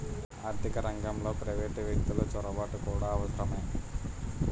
ఆర్థిక రంగంలో ప్రైవేటు వ్యక్తులు చొరబాటు కూడా అవసరమే